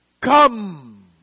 Come